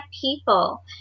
people